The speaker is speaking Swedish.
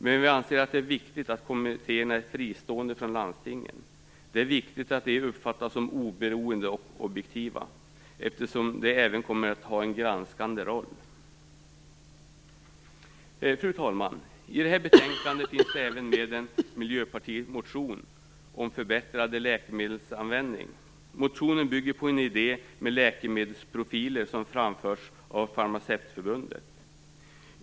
Men vi anser att det är viktigt att kommittéerna är fristående från landstingen. Det är viktigt att de uppfattas som oberoende och objektiva, eftersom de även kommer att ha en granskande roll. Fru talman! I det här betänkandet finns det även med en miljöpartimotion om förbättrad läkemedelsanvändning. Motionen bygger på en idé med läkemedelsprofiler som framförts av Farmacevtförbundet.